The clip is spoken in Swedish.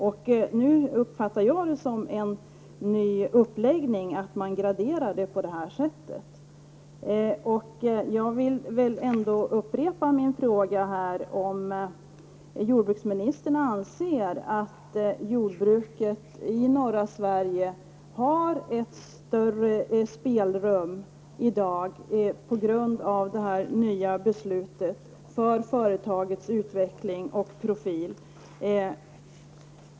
Nu uppfattar jag det som en ny uppläggning att man graderar det på det här sättet. Jag vill upprepa min fråga, om jordbruksministern anser att jordbruket i norra Sverige på grund av det nya beslutet i dag har ett större spelrum för företagets utveckling och profil.